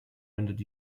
rendered